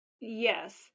Yes